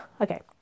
okay